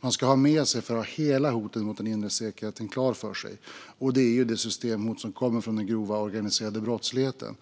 man ska ha med sig för att ha hela hotet mot den inre säkerheten klar för sig. Det är det systemhot som kommer från den grova organiserade brottsligheten.